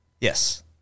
Yes